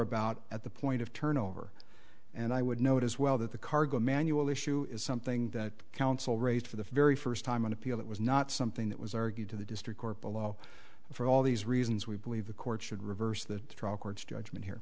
about at the point of turnover and i would note as well that the cargo manual issue is something that council raised for the very first time on appeal that was not something that was argued to the district court below for all these reasons we believe the court should reverse th